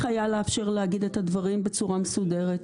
היה לאפשר להגיד את הדברים בצורה מסודרת.